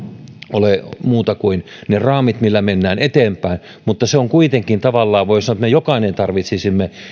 ole muuta kuin ne raamit millä mennään eteenpäin mutta kuitenkin tavallaan voi sanoa että me jokainen tarvitsisimme